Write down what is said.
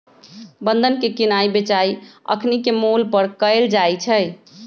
बन्धन के किनाइ बेचाई अखनीके मोल पर कएल जाइ छइ